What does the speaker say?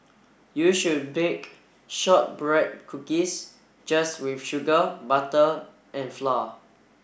you should bake shortbread cookies just with sugar butter and flour